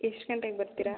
ಎಷ್ಟು ಗಂಟೆಗೆ ಬರುತ್ತೀರ